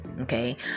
okay